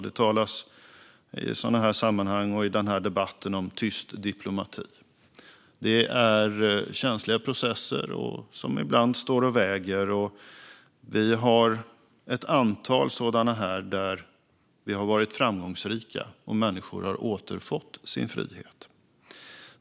Det talas i sådana här sammanhang och i den här debatten om tyst diplomati. Det är känsliga processer som ibland står och väger. Vi har ett antal sådana där vi har varit framgångsrika och människor har återfått sin frihet.